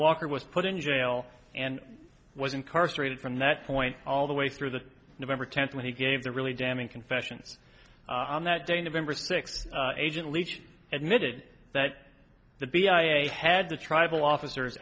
walker was put in jail and was incarcerated from that point all the way through the november tenth when he gave the really damning confessions on that day november sixth agent leach admitted that the b i had the tribal officers